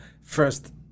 first